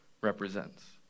represents